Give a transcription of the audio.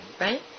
Right